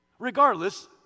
Regardless